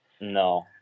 No